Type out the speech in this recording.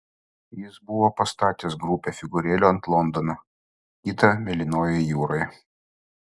jis buvo pastatęs grupę figūrėlių ant londono kitą mėlynoje jūroje